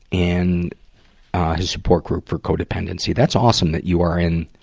in his support group for codependency. that's awesome, that you are in,